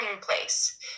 place